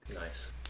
Nice